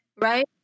right